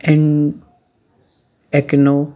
in Acno